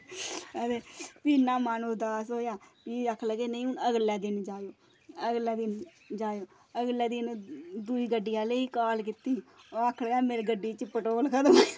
ते भी इन्ना मन दुआस होआ भी आक्खन लगे नेईं अगले दिन जाओ अगले दिन जाओ अगले दिन दूई गड्डी आह्ले गी कॉल कीती ओह् आक्खन लगा मेरी गड्डी च पेट्रोल खत्म होई गेदा